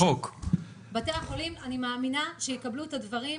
שבתי החולים יקבלו את הדברים.